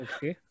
Okay